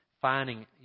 finding